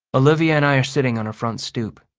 olivia and i are sitting on her front stoop.